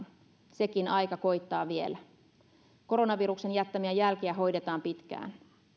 sekin aika koittaa vielä koronaviruksen jättämiä jälkiä hoidetaan pitkään